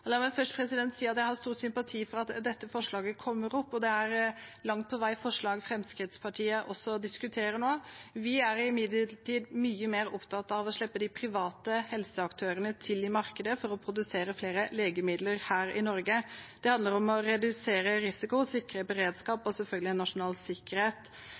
La meg først si at jeg har stor sympati for at dette forslaget kommer opp. Det er langt på vei et forslag Fremskrittspartiet også diskuterer nå. Vi er i imidlertid mye mer opptatt av å slippe de private helseaktørene til i markedet for å produsere flere legemidler her i Norge. Det handler om å redusere risiko, sikre beredskap og selvfølgelig nasjonal sikkerhet.